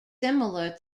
similar